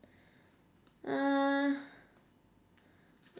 uh